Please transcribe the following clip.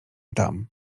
tam